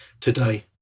today